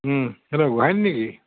hello গোহাঁইনী নেকি